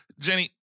Jenny